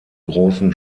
großen